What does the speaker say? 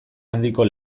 handiko